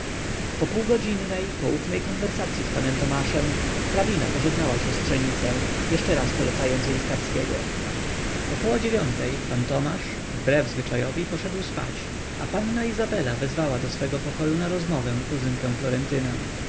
po półgodzinnej poufnej konwersacyi z panem tomaszem hrabina pożegnała siostrzenicę jeszcze raz polecając jej starskiego około dziewiątej pan tomasz wbrew zwyczajowi poszedł spać a panna izabela wezwała do swego pokoju na rozmowę kuzynkę florentynę